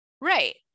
Right